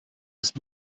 ist